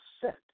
set